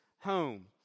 home